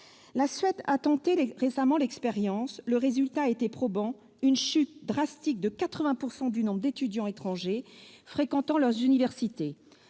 La Suède a tenté récemment l'expérience, le résultat a été probant : une chute drastique de 80 % du nombre d'étudiants étrangers fréquentant ses universités.